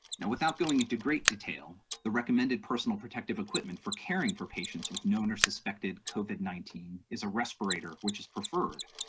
now without going into great detail, the recommended personal protective equipment for caring for patients with known or suspected covid nineteen is a respirator, which is preferred,